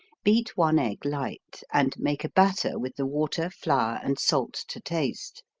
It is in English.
beat one egg light and make a batter with the water, flour and salt to taste.